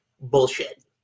bullshit